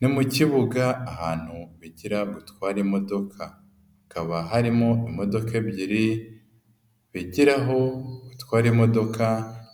Ni mu kibuga ahantu bigira gutwara imodoka, hakaba harimo imodoka ebyiri bigiraho gutwara imodoka,